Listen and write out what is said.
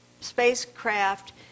spacecraft